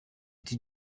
die